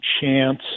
chance